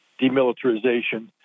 demilitarization